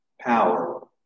power